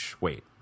wait